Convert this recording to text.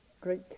great